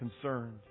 concerned